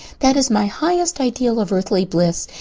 that is my highest ideal of earthly bliss.